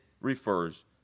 refers